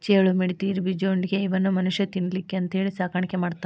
ಚೇಳು, ಮಿಡತಿ, ಇರಬಿ, ಜೊಂಡಿಗ್ಯಾ ಇವನ್ನು ಮನುಷ್ಯಾ ತಿನ್ನಲಿಕ್ಕೆ ಅಂತೇಳಿ ಸಾಕಾಣಿಕೆ ಮಾಡ್ತಾರ